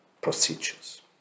procedures